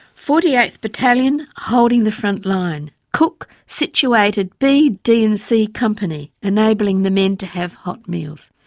forty eighth battalion holding the frontline. cook situated b, d and c company, enabling the men to have hot meals.